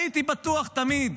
הייתי בטוח תמיד,